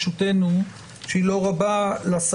המשנה לנשיאה,